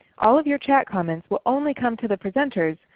all of your chat comments will only come to the presenters,